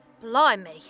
Blimey